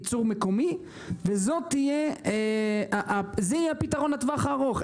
ייצור מקומי וזה יהיה הפתרון לטווח הארוך,